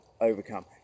overcome